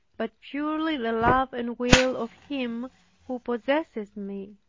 but purely the love and will of him who possesses me.